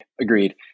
Agreed